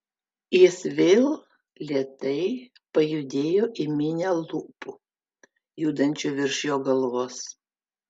jis vėl lėtai pajudėjo į minią lūpų judančių virš jo galvos